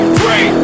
three